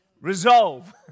resolve